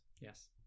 Yes